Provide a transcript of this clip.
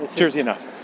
jersey enough?